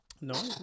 No